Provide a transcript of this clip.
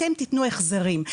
אתם תתנו החזרים.